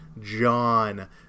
John